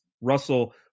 Russell